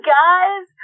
guys